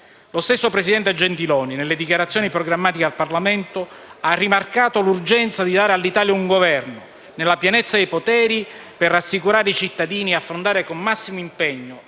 Lo stesso presidente Gentiloni Silveri, nelle dichiarazioni programmatiche al Parlamento, ha rimarcato l'urgenza di dare all'Italia un Governo nella pienezza dei poteri, per rassicurare i cittadini e affrontare con massimo impegno